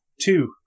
Two